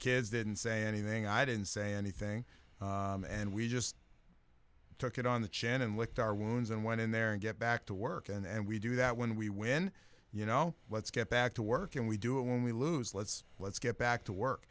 kids didn't say anything i didn't say anything and we just took it on the chin and licked our wounds and went in there and get back to work and we do that when we when you know let's get back to work and we do it when we lose let's let's get back to work